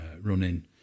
running